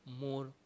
more